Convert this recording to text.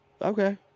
Okay